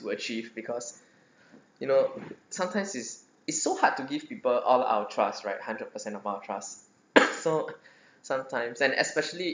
to achieve because you know sometimes is it's so hard to give people all our trust right hundred per cent of our trust so sometimes and especially